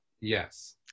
yes